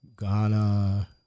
Ghana